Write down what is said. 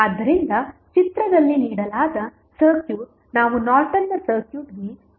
ಆದ್ದರಿಂದ ಚಿತ್ರದಲ್ಲಿ ನೀಡಲಾದ ಸರ್ಕ್ಯೂಟ್ ನಾವು ನಾರ್ಟನ್ನ ಸರ್ಕ್ಯೂಟ್ಗೆ ಸಮನಾಗಿರಬೇಕು